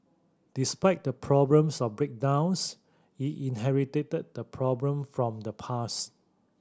despite the problems of breakdowns he inherited the problem from the past